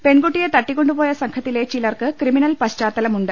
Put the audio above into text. പെൺകുട്ടിയെ തട്ടിക്കൊണ്ടു പോയ സംഘത്തിലെ ചിലർക്ക് ക്രിമിനൽ പശ്ചാത്തലമുണ്ട്